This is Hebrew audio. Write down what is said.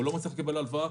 הוא לא מצליח לקבל הלוואה,